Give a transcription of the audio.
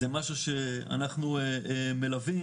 זה משהו אנחנו מלווים,